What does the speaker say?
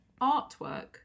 artwork